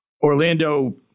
Orlando